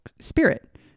spirit